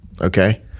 okay